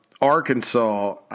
Arkansas